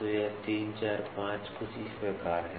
तो यह 3 4 5 कुछ इस प्रकार है